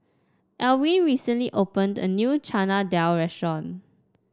Elwin recently opened a new Chana Dal Restaurant